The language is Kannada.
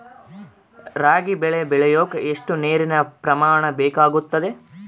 ರಾಗಿ ಬೆಳೆ ಬೆಳೆಯೋಕೆ ಎಷ್ಟು ನೇರಿನ ಪ್ರಮಾಣ ಬೇಕಾಗುತ್ತದೆ?